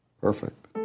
Perfect